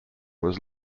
was